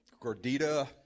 Gordita